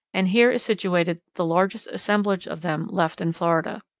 and here is situated the largest assemblage of them left in florida.